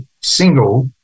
single